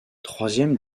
troisième